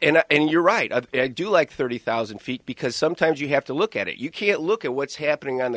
you're right i do like thirty thousand feet because sometimes you have to look at it you can't look at what's happening on the